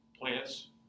plants